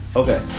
okay